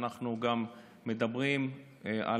ואנחנו גם מדברים על